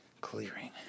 clearing